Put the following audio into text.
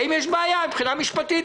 האם יש בעיה מבחינה משפטית?